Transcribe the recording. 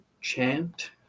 chant